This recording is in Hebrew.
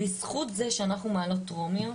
בזכות זה שאנחנו מעלות טרומיות,